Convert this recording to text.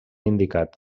indicat